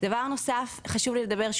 דבר נוסף: חשוב לי לדבר,